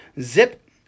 Zip